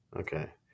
Okay